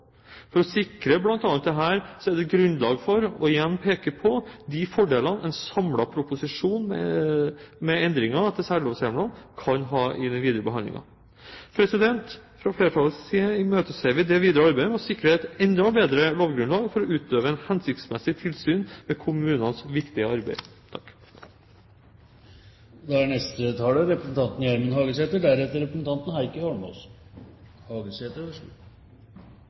For å sikre bl.a. dette er det grunnlag for igjen å peke på de fordelene en samlet proposisjon med endringer etter særlovshjemlene kan ha i den videre behandlingen. Fra flertallets side imøteser vi det videre arbeidet med å sikre et enda bedre lovgrunnlag for å utøve et hensiktsmessig tilsyn med kommunenes viktige arbeid. No er